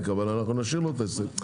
אז אנחנו נסתפק בהצהרות האלה.